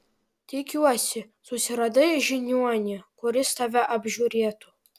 tikiuosi susiradai žiniuonį kuris tave apžiūrėtų